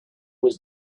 was